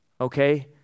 Okay